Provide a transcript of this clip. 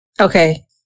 Okay